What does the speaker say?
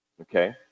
okay